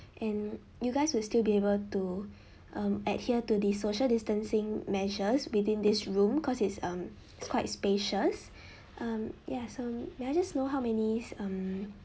and you guys will still be able to um adhere to the social distancing measures within this room cause it's um it's quite spacious um yes um may I just know how many um